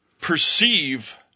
perceive